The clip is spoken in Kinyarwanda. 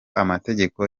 amategeko